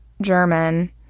German